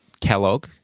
Kellogg-